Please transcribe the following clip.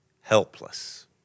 helpless